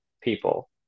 people